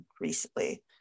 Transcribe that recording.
recently